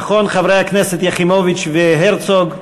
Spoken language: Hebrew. נכון, חברי הכנסת יחימוביץ והרצוג?